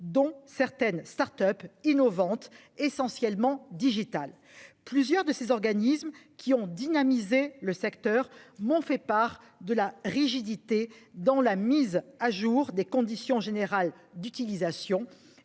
dont certaines Start-Up innovantes essentiellement digitale plusieurs de ces organismes qui ont dynamisé le secteur m'ont fait part de la rigidité dans la mise à jour des conditions générales d'utilisation